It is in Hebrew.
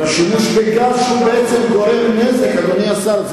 שימוש בגז, שהוא בעצם גורם נזק, אדוני השר.